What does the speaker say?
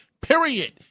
Period